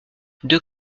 deux